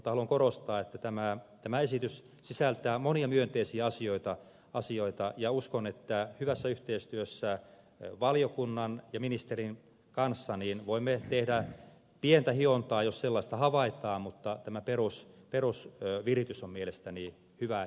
haluan korostaa että tämä esitys sisältää monia myönteisiä asioita ja uskon että hyvässä yhteistyössä valiokunnan ja ministerin kanssa voimme tehdä pientä hiontaa jos sellaista havaitaan mutta tämä perusviritys on mielestäni hyvä ja kannatettava